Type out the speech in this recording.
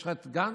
יש לך את גנץ,